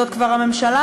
זאת כבר הממשלה,